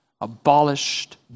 Abolished